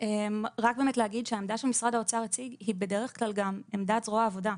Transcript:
באמת שהעמדה שמשרד האוצר הציג היא בדרך כלל גם עמדת זרוע העבודה.